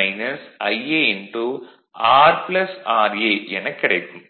vlcsnap 2018 11 05 09h54m42s88